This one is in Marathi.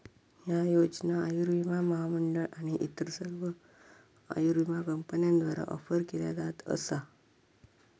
ह्या योजना आयुर्विमा महामंडळ आणि इतर सर्व आयुर्विमा कंपन्यांद्वारा ऑफर केल्या जात असा